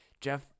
jeff